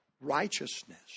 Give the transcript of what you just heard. righteousness